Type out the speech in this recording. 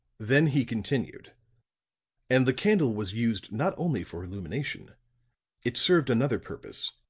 then he continued and the candle was used not only for illumination it served another purpose,